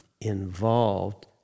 involved